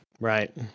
Right